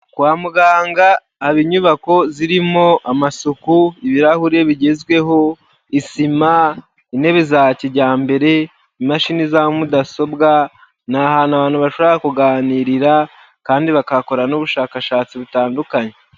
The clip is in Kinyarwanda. Kwa muganga haba inyubako zirimo amasuku, ibirahure bigezweho, isima, intebe za kijyambere, imashini za mudasobwa, ni ahantu abantu bashobora kuganirira, kandi bakahakorera n'ubushakashatsi butandukanye.